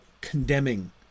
condemning